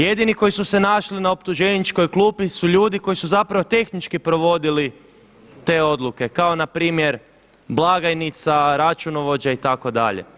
Jedini koji su se našli na optuženičkoj klupi su ljudi koji su zapravo tehnički provodili te odluke kao npr. blagajnica, računovođa itd.